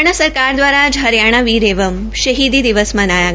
हरियाणा सरकार दवारा आज हरियाण वीर एवं शहीदी दिवस मनाया गया